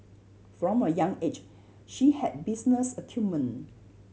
from a young age she had business acumen